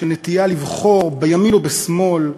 של נטייה לבחור בימין או בשמאל,